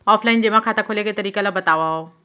Offline जेमा खाता खोले के तरीका ल बतावव?